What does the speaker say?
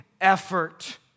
effort